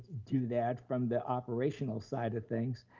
do that from the operational side of things